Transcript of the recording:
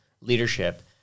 leadership